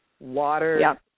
Water